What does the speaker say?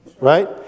Right